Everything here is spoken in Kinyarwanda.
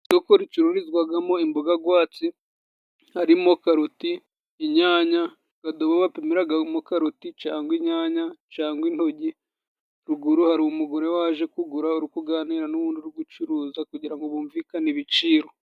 Isoko ricururizwagamo imboga gwatsi harimo karoti inyanya akadobo bapimiragamo karoti cangwa inyanya cangwa intogi ruguru hari umugore waje kugura uri kuganira n'uri gucuruza kugira ngo bumvikane ibiciro.